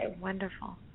wonderful